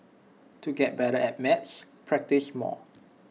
to get better at maths practise more